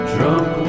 Drunk